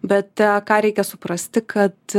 bet ką reikia suprasti kad